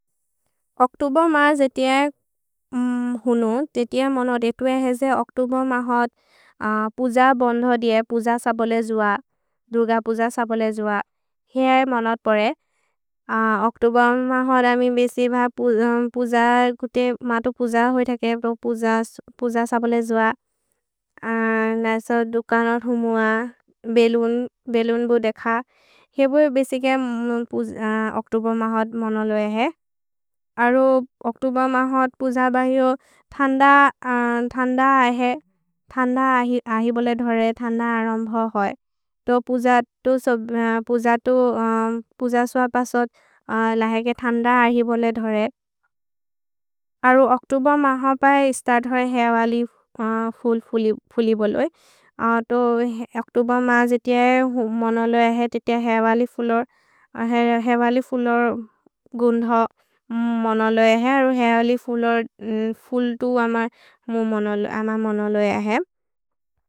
ओक्तुबो मा जेति अए हुनु, तेति अए मन देतु अए हेजे, ओक्तुबो मा होत् पुज बन्ध दिये, पुज सबले जुअ, द्रुग पुज सबले जुअ। हे अए मन अत्परे, ओक्तुबो मा होत् अमि बेसि भ पुज, कुते मा तो पुज होइ थेके, पुज सबले जुअ, नसो दुकन रुमुअ, बेलुन्, बेलुन् बु देख। हेबुरे बेसिके ओक्तुबो मा होत् मन लोए हे। अरु ओक्तुबो मा होत् पुज बन्हि हो, थन्द अए हे, थन्द अहि बोले धरे, थन्द अरम्भ होइ। तो पुज तो, पुज तो, पुज सुअ पसत्, लहेके थन्द अहि बोले धरे। अरु ओक्तुबो मा होत् पए, स्तर्त् होइ हेबलि फुल्, फुलि, फुलि बोलोए। तो ओक्तुबो मा जेति अए, मन लोए अए, तेति अए हेबलि फुलर्, हेबलि फुलर् गुन्धो, मन लोए अए हे, अरु हेबलि फुलर्, फुल् तु अम मन लोए अए हे।